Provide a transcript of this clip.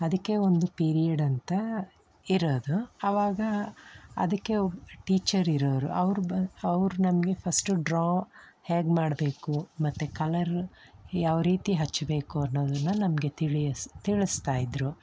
ಅದಕ್ಕೆ ಒಂದು ಪೀರಿಯಡ್ ಅಂತ ಇರೋದು ಆವಾಗ ಅದಕ್ಕೆ ಒಬ್ಬ ಟೀಚರ್ ಇರೋರು ಅವ್ರು ಬ ಅವ್ರು ನಮ್ಗೆ ಫಸ್ಟು ಡ್ರಾ ಹೇಗೆ ಮಾಡಬೇಕು ಮತ್ತು ಕಲರು ಯಾವ ರೀತಿ ಹಚ್ಚಬೇಕು ಅನ್ನೋದನ್ನು ನಮಗೆ ತಿಳಿಯ ತಿಳಿಸ್ತಾ ಇದ್ದರು